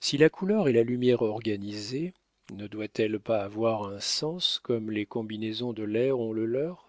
si la couleur est la lumière organisée ne doit-elle pas avoir un sens comme les combinaisons de l'air ont le leur